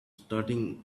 starting